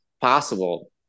possible